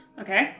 Okay